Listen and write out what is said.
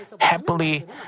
happily